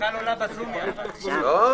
על מנת לשמור על רמת תחלואה נמוכה, אנחנו